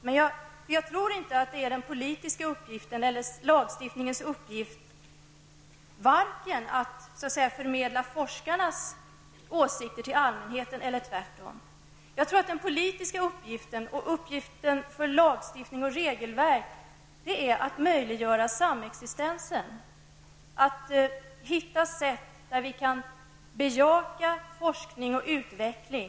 Men jag tror inte att det är den politiska uppgiften eller lagstiftningens uppgift att förmedla forskarnas åsikter till allmänheten eller tvärtom. Den politiska uppgiften och uppgiften för lagstiftning och regelverk är i stället att möjliggöra samexistens och att hitta ett sätt så att vi kan bejaka forskning och utveckling.